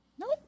Nope